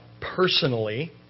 personally